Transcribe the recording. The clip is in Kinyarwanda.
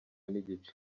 n’igice